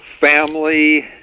family